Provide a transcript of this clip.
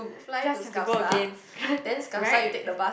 just have to go again right